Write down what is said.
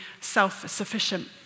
self-sufficient